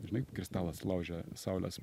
žinai kristalas laužia saulės